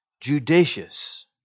judicious